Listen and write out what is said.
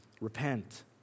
repent